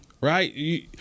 Right